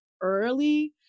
early